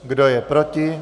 Kdo je proti?